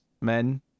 Men